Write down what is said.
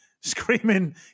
screaming